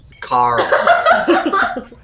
Carl